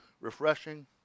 refreshing